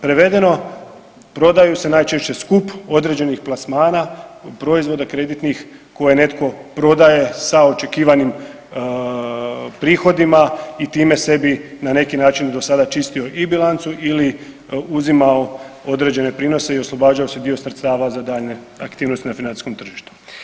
Prevedeno prodaju se najčešće skup određenih plasmana, proizvoda kreditnih koje netko prodaje sa očekivanim prihodima i time sebi na neki način do sada čistio i bilancu ili uzimao određene prinose i oslobađao si dio sredstava za daljnje aktivnosti na financijskom tržištu.